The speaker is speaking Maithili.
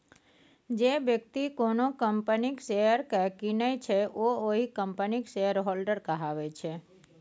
जे बेकती कोनो कंपनीक शेयर केँ कीनय छै ओ ओहि कंपनीक शेयरहोल्डर कहाबै छै